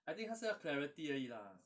I think 他是要 clarity 而已啦